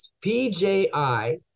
PJI